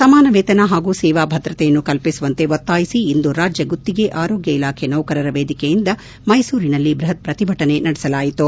ಸಮಾನವೇತನ ಹಾಗೂ ಸೇವಾ ಭದ್ರತೆಯನ್ನು ಕಲ್ಪಿಸುವಂತೆ ಒತ್ತಾಯಿಸಿ ಇಂದು ರಾಜ್ಯ ಗುತ್ತಿಗೆ ಆರೋಗ್ಯ ಇಲಾಖೆ ನೌಕರರ ವೇದಿಕೆಯಿಂದ ಮೈಸೂರಿನಲ್ಲಿಂದು ಬೃಹತ್ ಪ್ರತಿಭಟನೆ ನಡೆಸಲಾಯಿತು